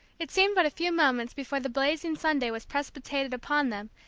it seemed but a few moments before the blazing sunday was precipitated upon them,